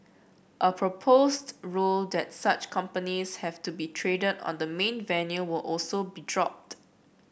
a proposed rule that such companies have to be traded on the main venue will also be dropped